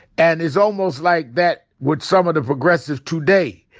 and it's almost like that with some of the progressives today.